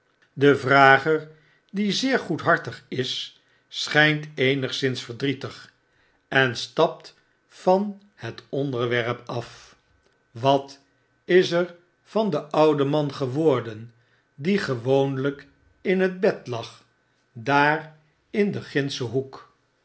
de vrager die zeer goedhartig is schynt eenigszins verdrietig en stapt van het onderwerp af wat is er van den ouden man geworden die gewoonlyk in het bed lag daar in gindschen hoek